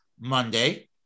Monday